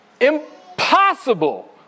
impossible